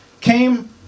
came